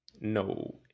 No